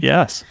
Yes